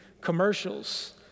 commercials